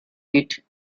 kit